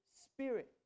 Spirit